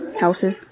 Houses